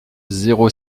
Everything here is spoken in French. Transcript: zéro